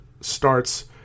starts